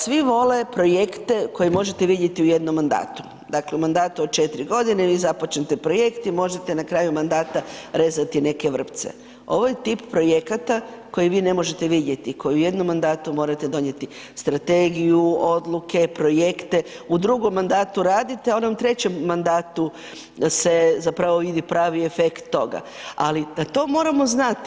Svi vole projekte koje možete vidjeti u jednom mandatu, dakle u mandatu od četiri godine vi započnete projekt i možete na kraju mandata rezati neke vrpce, ovo je tip projekata koji vi ne možete vidjeti, koji u jednom mandatu morate donijeti strategiju, odluke, projekte, u drugom mandatu radite, a u onom treću mandatu se zapravo vidi pravi efekt toga, ali to moramo znati.